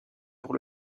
pour